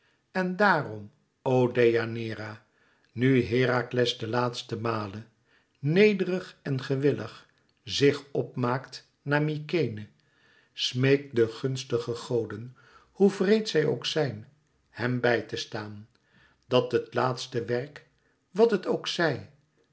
en daarom o deianeira nu herakles de laatste male nederig en gewillig zich op maakt naar mykenæ smeek de gunstige goden hoe wreed zij ook zijn hem bij te staan dat het laatste werk wat het ook zij